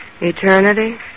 Eternity